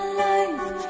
life